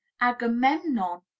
Agamemnon